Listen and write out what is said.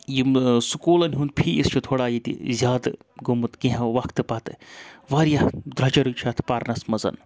یِم سکوٗلَن ہُنٛد فیٖس چھُ تھوڑا ییٚتہِ زیادٕ گوٚمُت کیٚنٛہہ وَقتہٕ پَتہٕ واریاہ درٛجرٕگ چھِ اَتھ پَرنَس منٛز